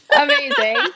Amazing